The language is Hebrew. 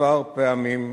כמה פעמים נוספות.